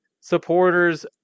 supporters